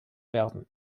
werden